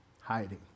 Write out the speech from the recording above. hiding